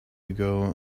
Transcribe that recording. ago